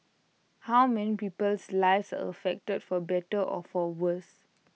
how many people's lives are affected for better or for worse